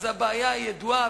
הבעיה ידועה,